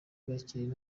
bakiriwe